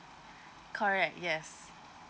correct yes